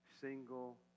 single